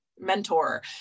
mentor